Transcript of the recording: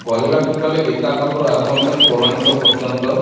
କହିବାକୁ ଗଲେ ଗୀତା ପାଖରୁ ଆରମ୍ଭ କରି ପୌରାଣିକ ପର୍ଯ୍ୟନ୍ତ